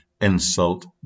insult